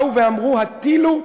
באו ואמרו: הטילו,